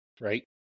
right